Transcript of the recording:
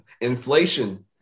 Inflation